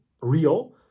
real